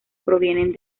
provienen